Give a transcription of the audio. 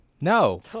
No